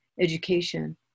education